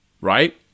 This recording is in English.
right